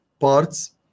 parts